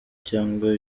cyangwa